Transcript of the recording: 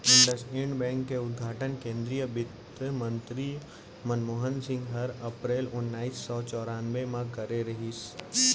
IndusInd bank के उद्घाटन केन्द्रीय बित्तमंतरी मनमोहन सिंह हर अपरेल ओनाइस सौ चैरानबे म करे रहिस